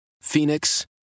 Phoenix